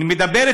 ממי היא נכבשה?